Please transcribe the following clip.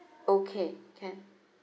okay can